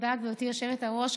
גברתי היושבת-ראש.